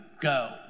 go